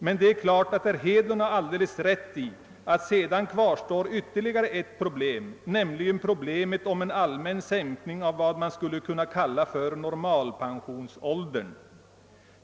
Men det är klart att herr Hedlund har alldeles rätt i att sedan kvarstår ytterligare ett problem, nämligen problemet om en allmän sänkning av vad man skulle kunna kalla för normalpensionsåldern.